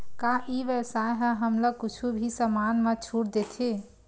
का ई व्यवसाय ह हमला कुछु भी समान मा छुट देथे?